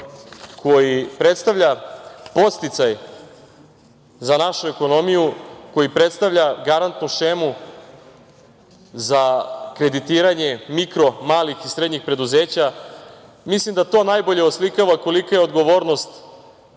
koji predstavlja podsticaj za našu ekonomiju, koji predstavlja garantnu šemu za kreditiranje mikro, malih i srednjih preduzeća, mislim da to najbolje oslikava kolika je odgovornost